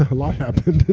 ah lot happened in